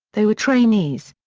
they were trainees.